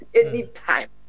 anytime